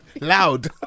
loud